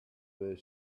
their